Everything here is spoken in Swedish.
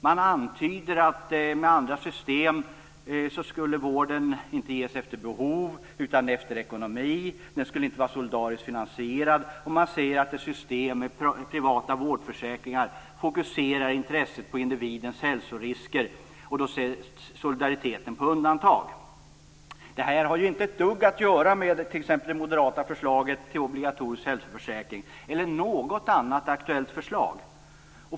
Man antyder att vården med andra system inte skulle ges efter behov utan efter ekonomi och att den inte skulle vara solidariskt finansierad. Man säger också att ett system med privata vårdförsäkringar fokuserar intresset på individens hälsorisker och att solidariteten då sätts på undantag. Detta har inte ett dugg att göra med t.ex. det moderata förslaget om en obligatorisk hälsoförsäkring eller med något annat aktuellt förslag.